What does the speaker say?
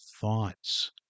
thoughts